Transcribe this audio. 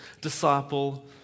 disciple